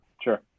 Sure